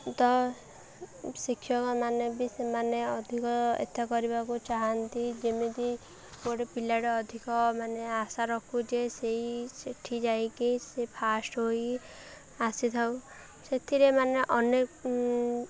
ତ ଶିକ୍ଷକମାନେ ବି ସେମାନେ ଅଧିକ ଏତା କରିବାକୁ ଚାହାନ୍ତି ଯେମିତି ଗୋଟେ ପିଲାଟା ଅଧିକ ମାନେ ଆଶା ରଖୁ ଯେ ସେଇ ସେଠି ଯାଇକି ସେ ଫାଷ୍ଟ ହୋଇ ଆସିଥାଉ ସେଥିରେ ମାନେ ଅନେକ